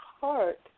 heart